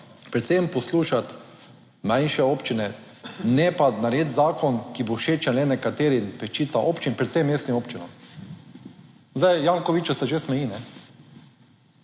predvsem poslušati manjše občine, ne pa narediti zakon, ki bo všeč le nekaterim, peščica občin, predvsem mestnim občinam. Zdaj, Jankoviću se že smeji.